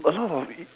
a lot of